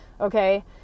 Okay